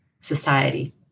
society